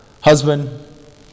husband